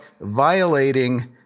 violating